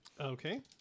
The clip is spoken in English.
Okay